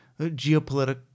geopolitical